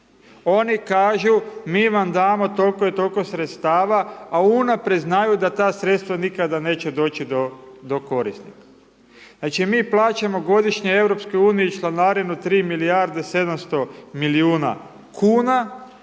oni kažu mi vam damo tolko i tolko sredstva a unaprijed znaju da ta sredstva nikada neće doći do korisnika. Znači mi plaćamo godišnje EU članarinu 3 milijarde 700 milijuna kuna,